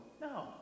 No